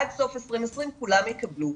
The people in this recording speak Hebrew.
עד סוף 2020 כולם יקבלו'.